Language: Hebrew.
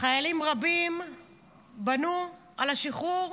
חיילים רבים בנו על השחרור,